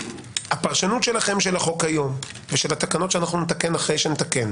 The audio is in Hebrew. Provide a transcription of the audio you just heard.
הפרשנות שלכם של החוק היום ושל התקנות שנתקן אחרי שנתקן